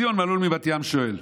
ציון מלול מבת ים שואל: